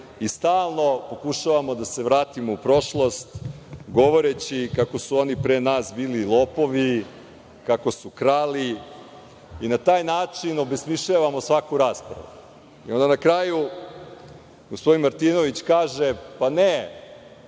i stalno pokušavamo da se vratimo u prošlost, govoreći kako su oni pre nas bili lopovi, kako su krali i na taj način obesmišljavamo svaku raspravu i onda na kraju gospodin Martinović kaže – ne,